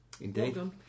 Indeed